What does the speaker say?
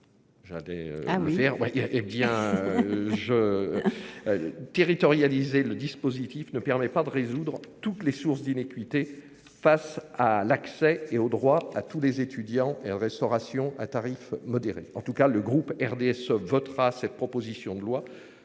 il bien. Je. Territorialisée, le dispositif ne permet pas de résoudre toutes les sources d'innocuité face à l'accès et au droit à tous les étudiants et restauration à tarifs modérés en tout cas le groupe RDSE votera cette proposition de loi.